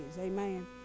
Amen